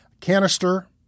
canister